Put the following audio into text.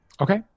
Okay